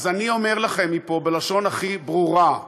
אז אני אומר לכם מפה בלשון הכי ברורה: